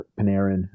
Panarin